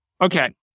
Okay